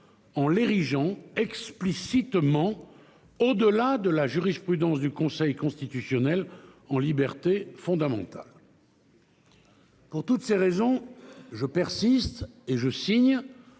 en l'érigeant explicitement, au-delà de la jurisprudence du Conseil constitutionnel, en liberté fondamentale. Pour toutes ces raisons, je persiste et je signe,